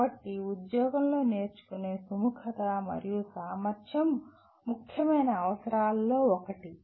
కాబట్టి ఉద్యోగంలో నేర్చుకునే సుముఖత మరియు సామర్థ్యం ముఖ్యమైన అవసరాలలో ఒకటి